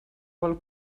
vol